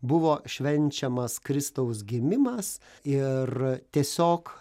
buvo švenčiamas kristaus gimimas ir tiesiog